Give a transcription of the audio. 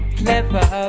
clever